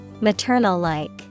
Maternal-like